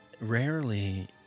Rarely